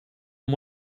amb